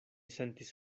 sentis